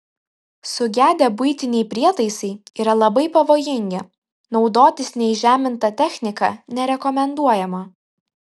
sugedę buitiniai prietaisai yra labai pavojingi naudotis neįžeminta technika nerekomenduojama